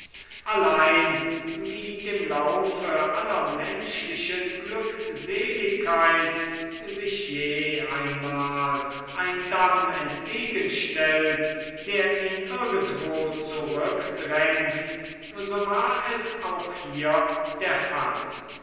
allein wie dem laufe aller menschlichen glückseligkeit sich je einmal ein damm entgegenstellt der ihn irgendwo zurückdrängt so war es auch hier der fall